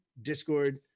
Discord